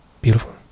Beautiful